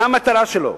מה המטרה שלו?